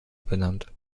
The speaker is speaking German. benannt